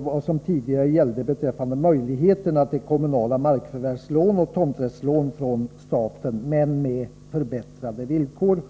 vad som tidigare gällde beträffande möjligheterna till kommunala markförvärvslån och tomträttslån från staten men med förbättrade villkor.